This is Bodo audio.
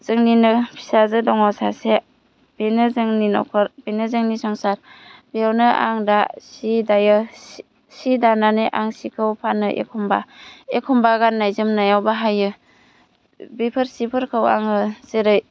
जोंनिनो फिसाजो दङ सासे बेनो जोंनि न'खर बेनो जोंनि संसार बेयावनो आं दा सि दायो सि दानानै आं सिखौ फानो एखम्बा एखम्बा गाननाय जोमनायाव बाहायो बेफोर सिफोरखौ आङो जेरै